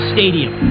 Stadium